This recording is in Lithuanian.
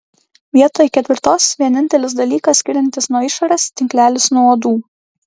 vietoj ketvirtos vienintelis dalykas skiriantis nuo išorės tinklelis nuo uodų